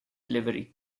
livery